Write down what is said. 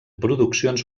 produccions